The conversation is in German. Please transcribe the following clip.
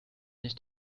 nicht